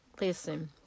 listen